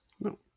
No